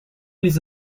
les